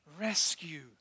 rescue